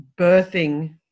birthing